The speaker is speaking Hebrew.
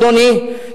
אדוני,